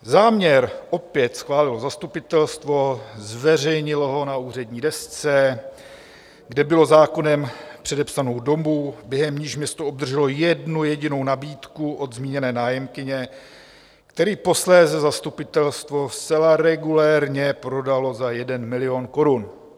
Záměr opět schválilo zastupitelstvo, zveřejnilo ho na úřední desce, kde bylo zákonem předepsanou dobu, během níž město obdrželo jednu jedinou nabídku od zmíněné nájemkyně, kterou posléze zastupitelstvo zcela regulérně prodalo za 1 milion korun.